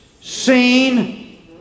seen